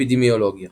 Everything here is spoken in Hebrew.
אפידמיולוגיה